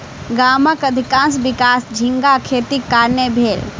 गामक अधिकाँश विकास झींगा खेतीक कारणेँ भेल